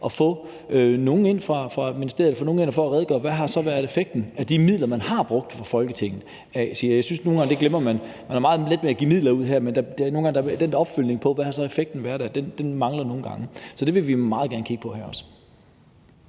få nogen ind fra ministeriet for at redegøre for, hvad effekten af de midler, man har brugt fra Folketingets side, har været. Det synes jeg nogle gange man glemmer. Man har meget let ved at give midler ud her, men den der opfølgning på, hvad effekten har været, mangler nogle gange. Så det vil vi også meget gerne kigge på. Tak.